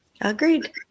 Agreed